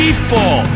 People